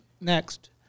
next